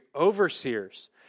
overseers